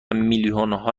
میلیونها